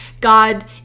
God